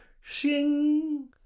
shing